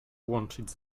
łączyć